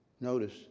Notice